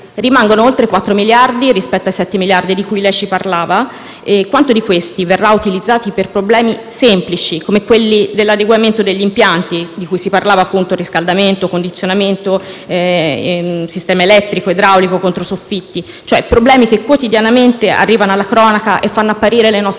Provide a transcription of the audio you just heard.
Rimangono oltre 4 miliardi, rispetto ai 7 miliardi di cui ci parlava, e quanto di questi verrà utilizzato per problemi semplici come quelli dell'adeguamento degli impianti di cui si parlava, ossia riscaldamento, condizionamento, sistema elettrico, idraulico, controsoffitti, cioè i problemi che quotidianamente arrivano alla cronaca e fanno apparire le nostre scuole